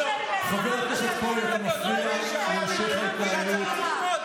כהן, חבר הכנסת כהן אתה מפריע להמשך ההתנהלות.